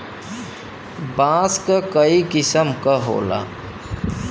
बांस क कई किसम क होला